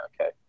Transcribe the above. okay